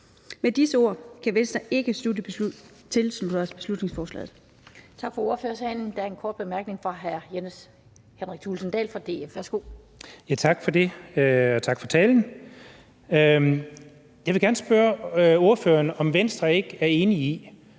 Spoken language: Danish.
Med disse ord kan vi i Venstre ikke tilslutte os beslutningsforslaget.